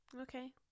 Okay